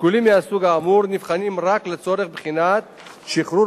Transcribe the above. שיקולים מהסוג האמור נבחנים רק לצורך בחינת שחרור